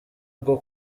rwo